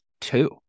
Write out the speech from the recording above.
two